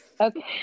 Okay